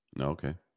Okay